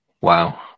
Wow